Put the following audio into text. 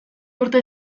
urte